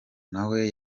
nawe